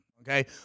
Okay